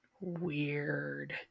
Weird